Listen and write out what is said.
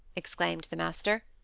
exclaimed the master.